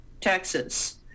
Texas